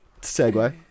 segue